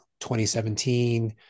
2017